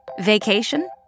Vacation